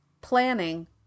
planning